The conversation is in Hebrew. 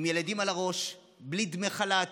עם ילדים על הראש, בלי דמי חל"ת,